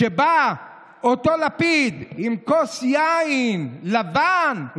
כשבא אותו לפיד עם כוס יין לבן,